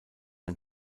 ein